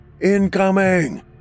Incoming